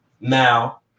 Now